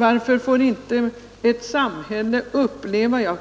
Jag